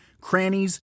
crannies